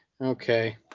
Okay